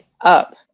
up